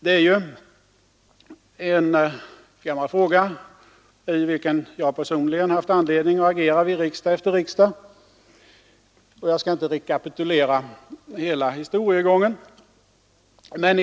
Det är en gammal fråga, i vilken jag personligen haft anledning agera vid riksdag efter riksdag. Jag skall inte rekapitulera hela den historien.